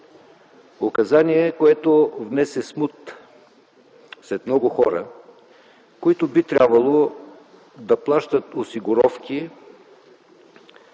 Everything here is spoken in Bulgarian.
Указание, което внесе смут сред много хора, които би трябвало да плащат осигуровки,